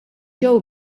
ġew